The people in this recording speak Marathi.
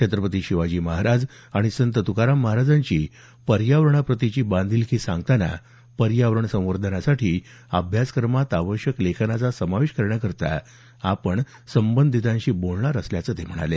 छत्रपती शिवाजी महाराज आणि संत तुकाराम महाराजांची पर्यावरणाप्रतीची बांधिलकी सांगताना पर्यावरण संवर्धनासाठी अभ्यासक्रमात आवश्यक लेखनाचा समावेश करण्यासाठी आपण संबंधितांशी बोलणार असल्याचं ते म्हणाले